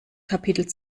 kapitel